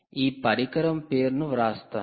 ఈ పరికరం పేరును వ్రాస్తాను